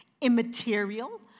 immaterial